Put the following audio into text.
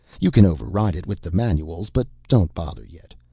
you can override it with the manuals, but don't bother yet.